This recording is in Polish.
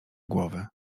głowy